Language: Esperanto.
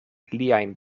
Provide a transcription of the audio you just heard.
liajn